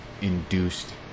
induced